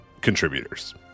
contributors